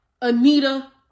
Anita